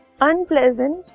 unpleasant